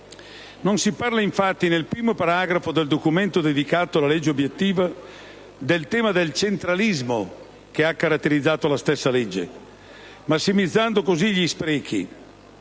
Non si parla, infatti, nel primo paragrafo del documento dedicato alla legge obiettivo, del tema del centralismo che ha caratterizzato la stessa legge, massimizzando così gli sprechi.